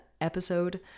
episode